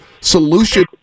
solution